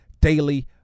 daily